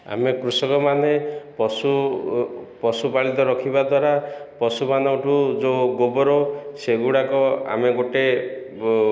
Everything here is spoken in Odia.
ଆମେ କୃଷକମାନେ ପଶୁ ପଶୁପାଳିତ ରଖିବା ଦ୍ୱାରା ପଶୁମାନଙ୍କଠୁ ଯେଉଁ ଗୋବର ସେଗୁଡ଼ାକ ଆମେ ଗୋଟିଏ